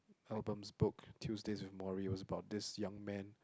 Albom's book Tuesdays with Morrie was about this young man